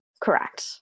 Correct